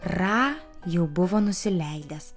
ra jau buvo nusileidęs